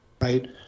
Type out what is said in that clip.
Right